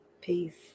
peace